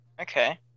Okay